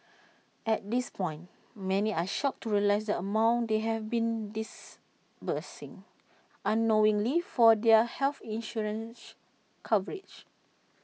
at that point many are shocked to realise the amount they have been disbursing unknowingly for their health insurance coverage